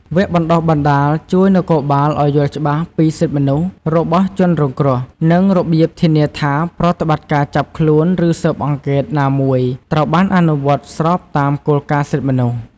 វគ្គបណ្តុះបណ្តាលជួយនគរបាលឱ្យយល់ច្បាស់ពីសិទ្ធិមនុស្សរបស់ជនរងគ្រោះ និងរបៀបធានាថាប្រតិបត្តិការចាប់ខ្លួនឬស៊ើបអង្កេតណាមួយត្រូវបានអនុវត្តស្របតាមគោលការណ៍សិទ្ធិមនុស្ស។